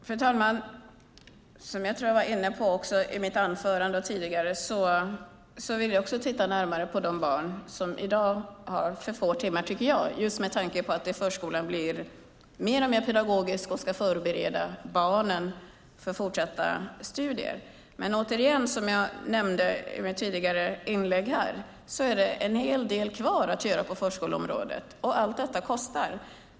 Fru talman! Som jag tror att jag var inne på i mitt anförande tidigare vill jag titta närmare på frågan om de barn som i dag har för få timmar, tycker jag, just med tanke på att förskolan blir mer och mer pedagogisk och ska förbereda barnen för fortsatta studier. Men återigen, som jag nämnde i mitt tidigare inlägg här, är det en hel del kvar att göra på förskoleområdet, och allt detta kostar.